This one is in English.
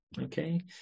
okay